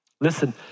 Listen